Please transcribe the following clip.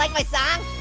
like my song?